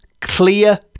clear